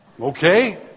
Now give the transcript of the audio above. Okay